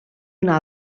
una